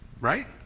Right